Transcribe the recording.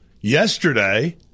yesterday